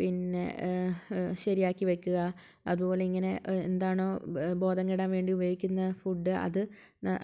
പിന്നെ ശരിയാക്കി വെക്കുക അതുപോലെ ഇങ്ങനെ എന്താണോ ബ ബോധം കെടാൻ വേണ്ടി ഉപയോഗിക്കുന്ന ഫുഡ് അത്